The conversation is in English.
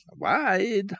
wide